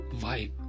vibe